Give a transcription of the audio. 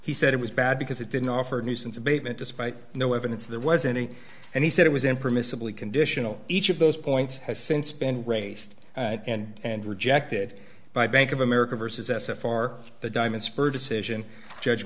he said it was bad because it didn't offer a nuisance abatement despite no evidence there was any and he said it was impermissibly conditional each of those points has since been raised and rejected by bank of america versus s at far the diamond spur decision judge